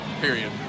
Period